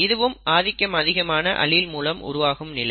இதுவும் ஆதிக்கம் அதிகமான அலீல் மூலம் உருவாகும் நிலை